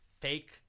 fake